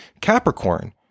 Capricorn